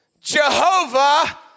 Jehovah